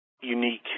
unique